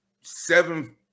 seven